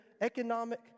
economic